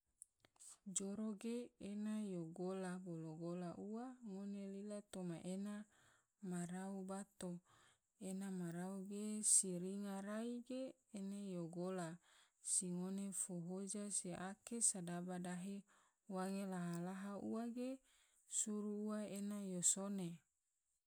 Joro ge ene yo gola bolo gola ua ngone lila toma ena ma rau bato, ena ma rau ge si ringa rai ge, ena yo gola, si ngone fo hoja se ake sedaba dahe wange laha laha ua ge, suru ua ena yo sone.